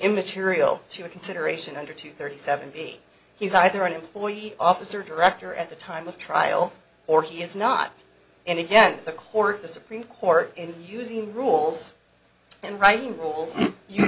immaterial to a consideration under two hundred seventy he's either an employee officer director at the time of trial or he is not and again the court the supreme court and using rules and writing rules you